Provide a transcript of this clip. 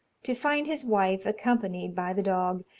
to find his wife accompanied by the dog,